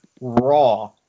raw